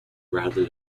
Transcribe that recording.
rather